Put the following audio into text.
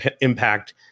impact